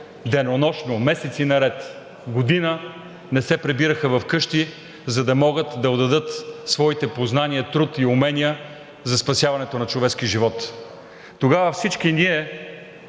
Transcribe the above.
денонощно, месеци наред, година, не се прибираха вкъщи, за да могат да отдадат своите познания, труд и умения за спасяването на човешкия живот. Тогава всички ние